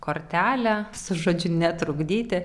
kortelę su žodžiu netrukdyti